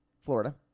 Florida